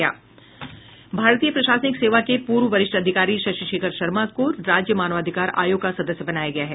भारतीय प्रशासनिक सेवा के पूर्व वरिष्ठ अधिकारी शशि शेखर शर्मा को राज्य मानवाधिकार आयोग का सदस्य बनाया गया है